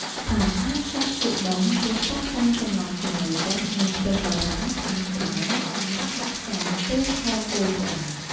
សាច់អាចកាត់ជាដុំ ឬកាត់តាមចំណង់ចំណូលចិត្ត និងខ្ទឹមបារាំងហាន់ស្តើង សម្រាប់ដាក់ចានពេលខគោឆ្អិន។